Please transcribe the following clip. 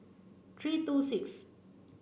three two six